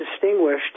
distinguished